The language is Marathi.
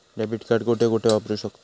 डेबिट कार्ड कुठे कुठे वापरू शकतव?